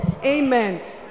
Amen